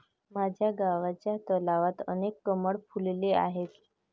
माझ्या गावच्या तलावात अनेक कमळ फुलले आहेत